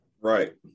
Right